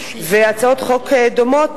והצעות חוק דומות,